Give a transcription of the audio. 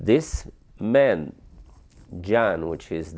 this man john which is